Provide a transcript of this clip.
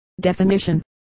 Definition